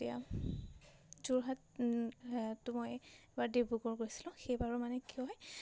এতিয়া যোৰহাট তো মই এবাৰ ডিব্ৰুগড় গৈছিলোঁ সেইবাৰো মানে কি হয়